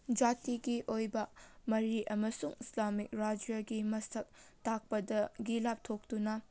ꯖꯥꯇꯤꯒꯤ ꯑꯣꯏꯕ ꯃꯔꯤ ꯑꯃꯁꯨꯡ ꯏꯁꯂꯥꯃꯤꯛ ꯔꯥꯖ꯭ꯌꯒꯤ ꯃꯁꯛ ꯇꯥꯛꯄꯗꯒꯤ ꯂꯥꯞꯊꯣꯛꯇꯨꯅ